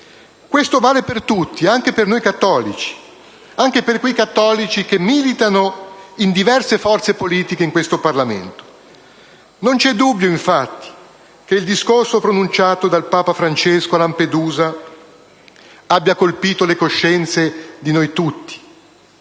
Questo vale per tutti, anche per noi cattolici, anche per quei cattolici che militano in diverse forze politiche in questo Parlamento. Non c'è dubbio, infatti, che il discorso pronunciato da papa Francesco a Lampedusa abbia colpito le coscienze di noi tutti,